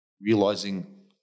realizing